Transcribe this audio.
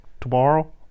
tomorrow